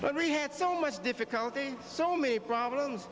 but we had so much difficulty so many problems